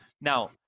Now